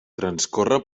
transcorre